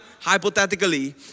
hypothetically